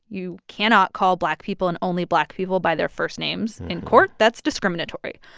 you cannot call black people and only black people by their first names in court. that's discriminatory.